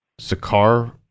Sakar